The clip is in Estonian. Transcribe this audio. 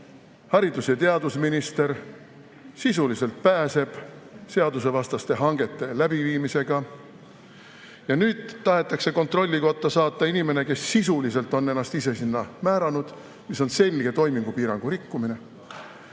haridus‑ ja teadusminister sisuliselt pääseb [vastutusest] seadusevastaste hangete läbiviimise eest. Ja nüüd tahetakse kontrollikotta saata inimene, kes sisuliselt on ennast ise sinna määranud, mis on selge toimingupiirangu rikkumine,